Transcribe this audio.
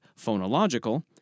phonological